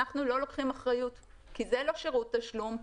אנחנו לא לוקחים אחריות כי זה לא שירות תשלום,